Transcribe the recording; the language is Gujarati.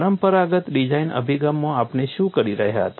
પરંપરાગત ડિઝાઇન અભિગમમાં આપણે શું કરી રહ્યા હતા